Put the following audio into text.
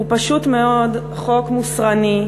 הוא פשוט מאוד חוק מוסרני,